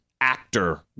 actor